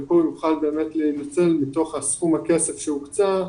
חלקו יוכל להיות מתוך סכום הכסף שהוקצה.